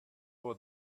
for